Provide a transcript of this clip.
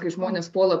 kai žmonės puola